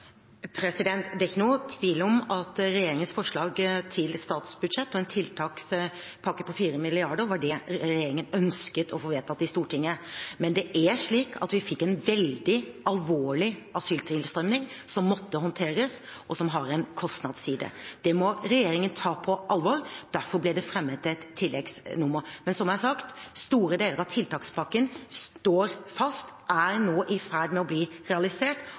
Det er ikke noen tvil om at regjeringens forslag til statsbudsjett og en tiltakspakke på 4 mrd. kr var det regjeringen ønsket å få vedtatt i Stortinget, men det er slik at vi fikk en veldig alvorlig asyltilstrømning som måtte håndteres, og som har en kostnadsside. Det må regjeringen ta på alvor, derfor ble det fremmet et tilleggsnummer. Men som jeg har sagt: Store deler av tiltakspakken står fast og er nå i ferd med å bli realisert,